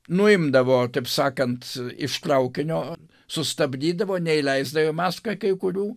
nuimdavo taip sakant iš traukinio sustabdydavo neįleisdavo į maskvą kai kurių